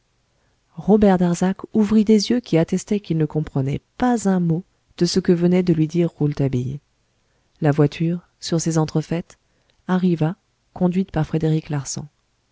robert darzac ouvrit des yeux qui attestaient qu'il ne comprenait pas un mot de ce que venait de lui dire rouletabille la voiture sur ces entrefaites arriva conduite par frédéric larsan